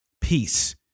peace